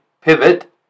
pivot